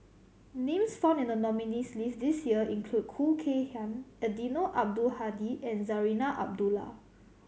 names found in the nominees' list this year include Khoo Kay Hian Eddino Abdul Hadi and Zarinah Abdullah